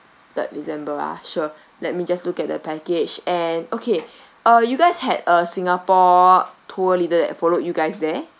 third december ah sure let me just look at the package and okay uh you guys had a singapore tour leader that followed you guys there